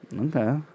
Okay